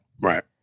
Right